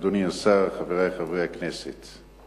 אדוני השר, חברי חברי הכנסת,